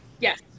Yes